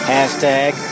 Hashtag